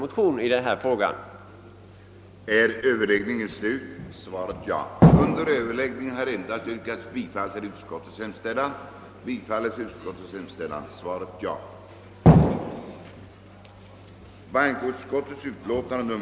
ställa att en parlamentarisk utredning tillsattes under medverkan av företrädare för arbetsmarknadens parter och erforderlig expertis med uppgift att avge förslag om hur från det allmännas sida metoder att ge löntagarna andel i ett långsiktigt företagssparande kunde stimuleras.